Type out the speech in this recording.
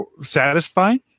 satisfying